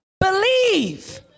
believe